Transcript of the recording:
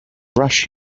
rush